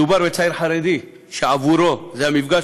מדובר בצעיר חרדי שעבורו זה היה המפגש